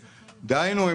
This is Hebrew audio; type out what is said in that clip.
דהיינו,